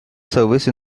service